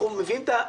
אנחנו מביאים את,